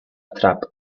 trap